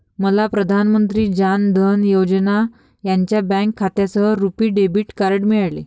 मला प्रधान मंत्री जान धन योजना यांच्या बँक खात्यासह रुपी डेबिट कार्ड मिळाले